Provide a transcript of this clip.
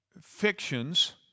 fictions